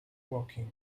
woking